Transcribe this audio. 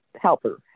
helper